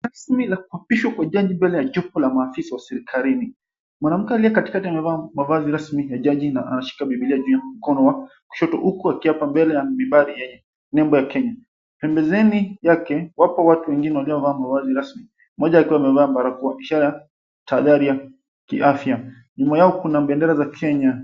Rasmi la kuapishwa kwa jaji mbele ya jopo la mafisa wa serikalini. Mwanamke aliye kati amevaa mavazi rasmi ya jaji na anashika bibilia juu ya mkono wa kushoto huku akiapa mbele ya mimbari ya nembo ya Kenya. Pembezoni yake wapo watu wengine waliovaa mavazi rasmi mmoja akiwa amevaa barakoa ishara ya tahadhari ya kiafya. Nyuma yao kuna bendera za Kenya.